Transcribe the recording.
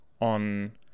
on